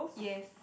yes